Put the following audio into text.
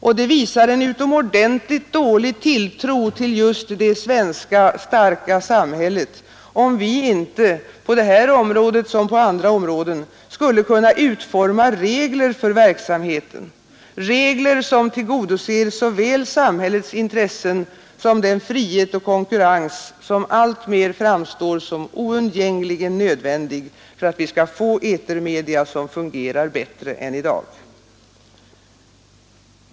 Och det visar en utomordentligt dålig tilltro till just det svenska starka samhället om vi inte — på detta som på andra områden — skulle kunna utforma regler för verksamheten, regler som tillgodoser såväl samhällets intressen som den frihet och konkurrens som alltmer framstår som oundgängligen nödvändig för att vi skall få etermedia som fungerar bättre än i dag.